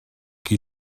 qui